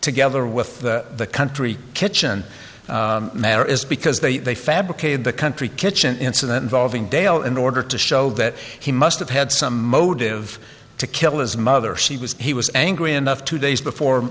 together with the country kitchen matter is because they fabricated the country kitchen incident involving dale in order to show that he must have had some motive to kill his mother she was he was angry enough two days before